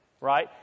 right